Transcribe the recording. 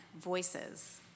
voices